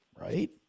Right